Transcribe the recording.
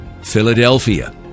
Philadelphia